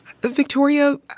Victoria